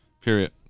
Period